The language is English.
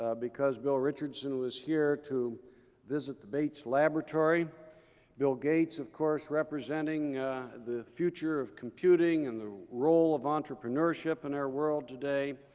ah because bill richardson was here to visit the bates laboratory bill gates, of course, representing the future of computing and the role of entrepreneurship in our world today,